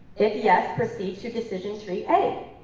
if yes, proceed to decision three a.